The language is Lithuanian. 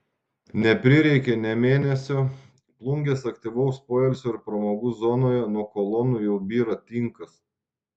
neprireikė nė mėnesio plungės aktyvaus poilsio ir pramogų zonoje nuo kolonų jau byra tinkas